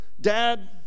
Dad